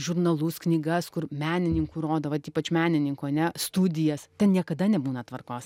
žurnalus knygas kur menininkų rodo vat ypač menininkų ane studijas ten niekada nebūna tvarkos